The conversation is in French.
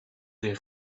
des